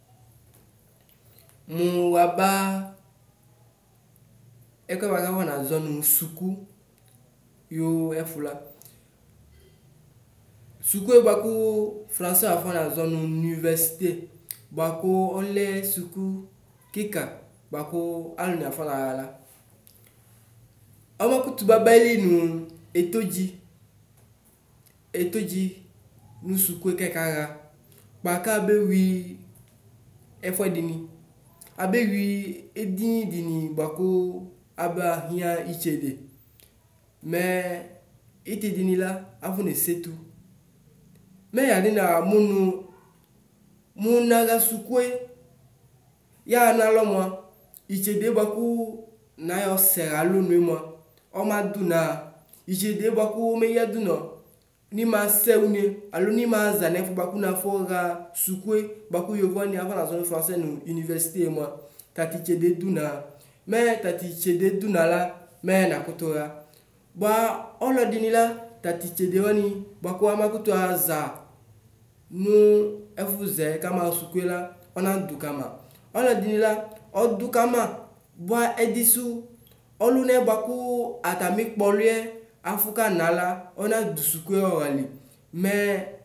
Mu waba ɛkuɛ buakɔ nazɔ nu suku yoo ɛfula suku buafu frasɛ afɔnazɔnu nuvɛsite buaku ɔlɛ suku kika buaku aluni afɔnaxala ɔmakutu haba ayilinu etodzi etodzi nu suku lɛkaxa kpa kabewi ɛfʋɛ dini abewi edini dini buaku abahia ɩtsede mɛ ɩtidini la afɔnesetu mɛ yanixla yamu nu mu naxa sukue yaxa nalɔ mua itsede buaku nayɔ seha alɔnue mua ɔmaduna itsede buaku omeyadʋnɔ miŋasɛ une alo mimaza nu ɛfuɛ buaku nafɔxa sukue buaku yovo wani afɔnazɔ nu frasɛ nu universite mua tstʋ itsede duna mɛ tatʋ itsede duna la mɛ nakutuxa bua ɔluɛdini la tatʋ itsede wani buaku amakuxaza nu ɛfuzɛ kamaxa sukue la ɔnadu kama ɔladini la ɔdu kama bua ɛdisu ɔlunɛ buaku atamɩ kpɔlɩɛ afu kamala ɔnadu sukue ɔxalimɛ.